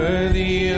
Worthy